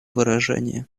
выражение